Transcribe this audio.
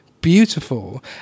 beautiful